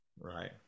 right